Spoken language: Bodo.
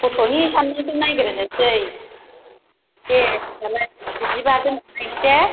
गथ'नि साननायखौ नायग्रोनोसै दे होनब्लालाय बिदिबा दोन्थलायसै दे